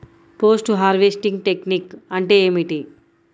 Post harvesting technique అంటే ఏమిటీ?